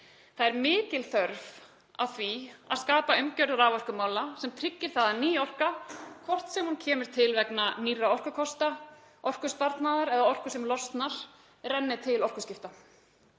Það er mikil þörf á því að skapa umgjörð raforkumála sem tryggir það að ný orka, hvort sem hún kemur til vegna nýrra orkukosta, orkusparnaðar eða orku sem losnar, renni til orkuskipta.